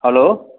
hello